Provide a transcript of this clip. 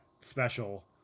special